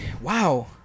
wow